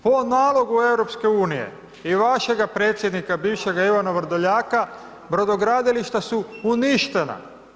Po nalogu EU i vašega predsjednika bivšeg, Ivana Vrdoljaka, brodogradilišta su uništena.